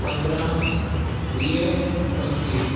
पंदरहां वीह पंजवीह